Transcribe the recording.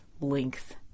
length